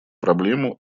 проблему